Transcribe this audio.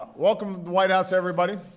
welcome to the white house, everybody.